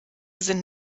sind